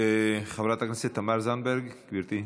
חברת הכנסת תמר זנדברג, גברתי,